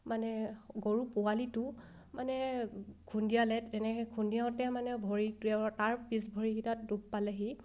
মানে গৰু পোৱালিটো মানে খুন্দিয়ালে তেনেকৈ খুন্দিয়াওঁতে মানে ভৰি তাৰ পিছ ভৰিকেইটাত দুখ পালে সি